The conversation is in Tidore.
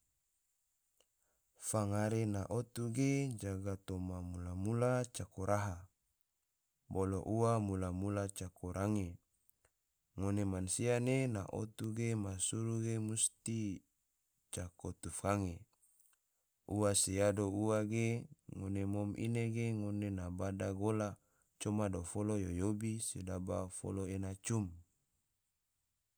Fangare na otu ge, jaga toma mula-mula cako raha, bolo ua mula-mula cako range, ngone mansia ne na otu ge ma suru ge musti cako tufkange, ua se yado ua ge, ngone mom ine ge ngone na bada gola, coma dofolo yo yobi, sedaba folo ena cum